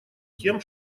тем